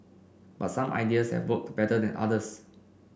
but some ideas have worked better than others